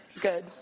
good